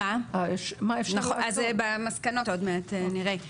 אז עוד מעט נראה את זה במסקנות.